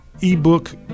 ebook